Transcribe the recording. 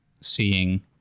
seeing